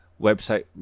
website